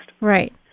Right